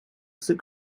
sık